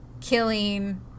killing